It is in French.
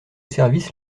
service